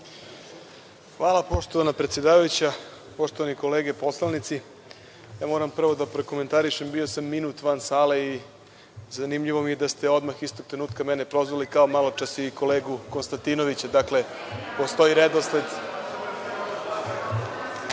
Hvala poštovana predsedavajuća, poštovane kolege poslanici, ja moram prvo da prokomentarišem, bio sam minut van sale i zanimljivo mi je da ste odmah istog trenutka mene prozvali, kao maločas i kolegu Konstantinovića. Dakle, postoji redosled,